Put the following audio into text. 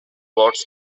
bots